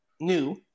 New